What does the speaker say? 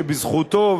שבזכותו,